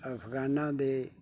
ਅਫਗਾਨ ਦੇ